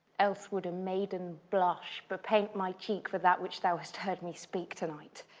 else would a maiden blush bepaint my cheek for that which thou hast heard me speak to-night